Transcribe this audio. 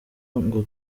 ngo